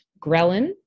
ghrelin